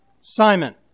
Simon